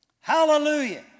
Hallelujah